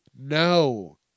No